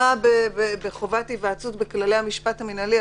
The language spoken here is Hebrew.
משהו שהוא בדרך כלל מוטמע בחובת היוועצות בכללי המשפט המינהלי,